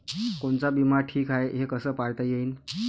कोनचा बिमा ठीक हाय, हे कस पायता येईन?